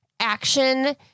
action